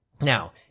Now